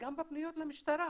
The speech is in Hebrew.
וגם בפניות למשטרה,